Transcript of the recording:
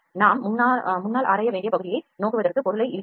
நாம் முன்னால் ஆராய வேண்டிய பகுதியை நோக்குவதற்கு பொருளை இழுக்கிறோம்